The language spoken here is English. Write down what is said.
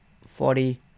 forty